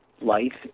life